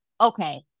okay